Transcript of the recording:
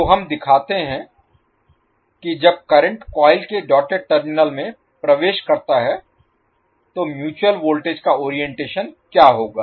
तो हम दिखाते हैं कि जब करंट कॉइल के डॉटेड टर्मिनल में प्रवेश करता है तो म्यूचुअल वोल्टेज का ओरिएंटेशन क्या होगा